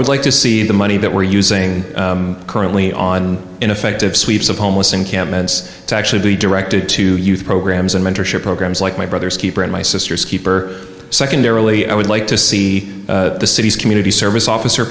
would like to see the money that we're using currently on ineffective sweeps of homeless encampments to actually be directed to youth programs and mentorship programs like my brother's keeper and my sister's keeper secondarily i would like to see the city's community service officer